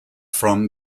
from